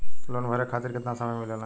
Loan के भरे खातिर कितना समय मिलेला?